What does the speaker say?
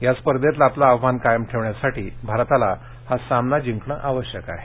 या स्पर्धेतलं आपलं आव्हान कायम ठेवण्यासाठी भारताला हा सामना जिंकणं आवश्यक आहे